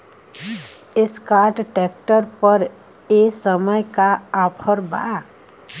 Escort tractor पर ए समय का ऑफ़र बा?